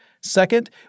Second